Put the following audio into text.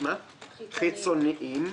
חיצוניים.